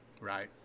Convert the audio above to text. Right